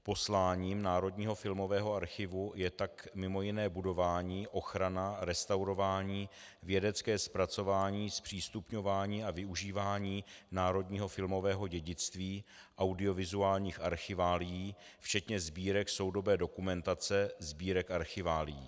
Posláním Národního filmového archivu je tak mimo jiné budování, ochrana, restaurování, vědecké zpracování, zpřístupňování a využívání národního filmového dědictví, audiovizuálních archiválií, včetně sbírek soudobé dokumentace, sbírek archiválií.